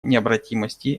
необратимости